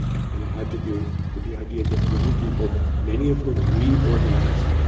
and it had to do with the idea that young people, many of whom we organized.